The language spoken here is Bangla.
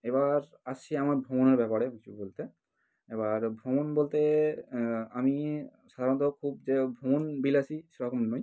এবার আসছি আমার ভ্রমণের ব্যাপারে কিছু বলতে এবার ভ্রমণ বলতে আমি সাধারণত খুব যে ভ্রমণ বিলাসী সেরকম নই